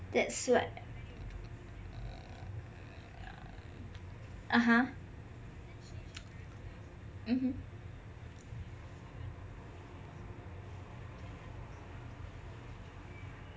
that's what (uh huh) mmhmm